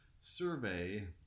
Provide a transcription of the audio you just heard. survey